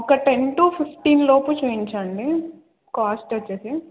ఒక ten to fifteen లోపు చూపించండి కాస్ట్ వచ్చి